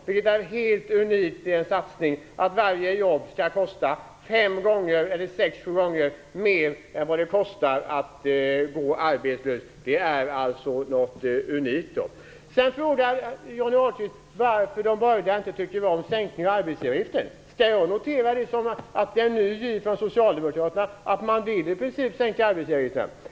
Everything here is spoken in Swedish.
Det är en helt unik satsning att varje jobb skall kosta sex sju gånger mer än det kostar att gå arbetslös. Sedan frågar Johnny Ahlqvist varför de borgerliga inte tycker om en sänkning av arbetsgivaravgiften. Skall jag notera det som en ny giv från socialdemokraterna att man i princip vill sänka arbetsgivaravgifterna.